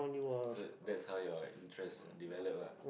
so that's how your interest develop lah